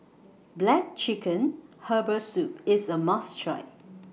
Black Chicken Herbal Soup IS A must Try